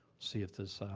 see if this